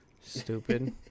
Stupid